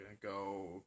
go